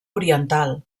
oriental